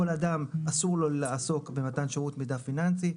כל אדם אסור לו לעסוק במתן שירות מידע פיננסי,